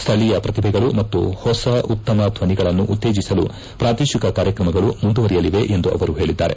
ಸ್ನಳೀಯ ಪ್ರತಿಭೆಗಳು ಮತ್ತು ಹೊಸ ಉತ್ತಮ ಧ್ವನಿಗಳನ್ನು ಉತ್ತೇಜಿಸಲು ಪ್ರಾದೇಶಿಕ ಕಾರ್ಯಕ್ರಮಗಳು ಮುಂದುವರೆಯಲಿವೆ ಎಂದು ಅವರು ಹೇಳಿದ್ದಾರೆ